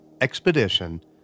expedition